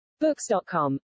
books.com